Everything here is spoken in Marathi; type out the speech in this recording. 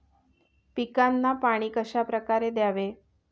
पिकांना पाणी कशाप्रकारे द्यावे?